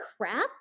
crap